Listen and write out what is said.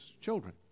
children